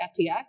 FTX